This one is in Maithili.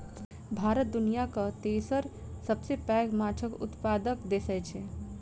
भारत दुनियाक तेसर सबसे पैघ माछक उत्पादक देस छै